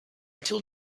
until